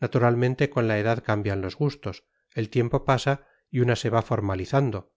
naturalmente con la edad cambian los gustos el tiempo pasa y una se va formalizando